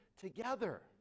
together